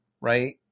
right